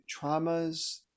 traumas